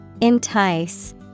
Entice